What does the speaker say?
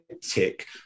tick